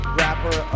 rapper